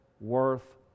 worth